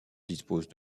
dispose